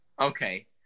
okay